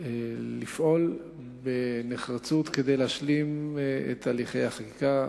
לפעול בנחרצות כדי להשלים את תהליכי החקיקה.